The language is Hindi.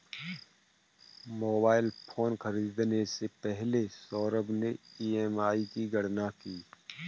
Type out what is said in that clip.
मोबाइल फोन खरीदने से पहले सौरभ ने ई.एम.आई की गणना की